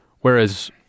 Whereas